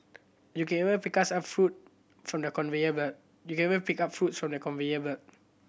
you can even pick fruits from the conveyor belt you can even pick up fruits from the conveyor belt